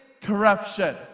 corruption